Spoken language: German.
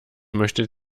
möchte